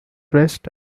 rest